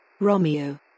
Romeo